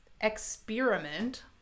experiment